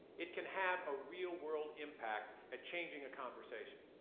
it can have a real world impact at changing a conversation.